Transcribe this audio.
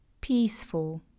Peaceful